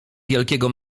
wielkiego